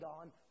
on